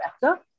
better